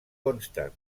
consta